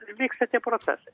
vyksta tie procesai